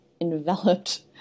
enveloped